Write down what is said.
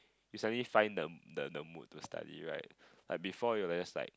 you suddenly find the the the mood to study right like before you rest like